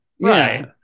Right